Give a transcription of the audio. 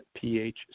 pH